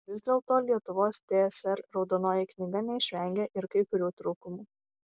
vis dėlto lietuvos tsr raudonoji knyga neišvengė ir kai kurių trūkumų